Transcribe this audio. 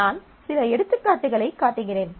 நான் சில எடுத்துக்காட்டுகளைக் காட்டுகிறேன்